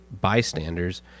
bystanders